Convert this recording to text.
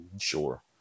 sure